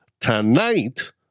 tonight